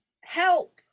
help